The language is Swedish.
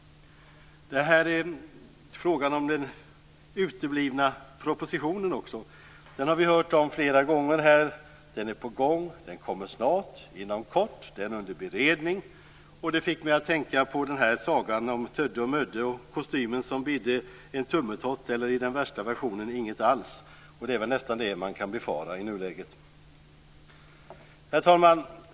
Detta handlar också om den uteblivna propositionen. Den har vi hört om flera gånger. Den är på gång, den kommer snart, den kommer inom kort, och den är under beredning. Det fick mig att tänka på sagan om Tödde och Mödde och kostymen som bidde en tummetott eller i den värsta versionen ingenting alls. Och det är väl nästan det som man kan befara i nuläget. Herr talman!